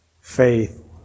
faith